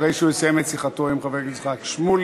אחרי שהוא יסיים את שיחתו עם חבר הכנסת איציק שמולי.